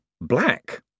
black